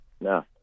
No